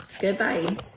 goodbye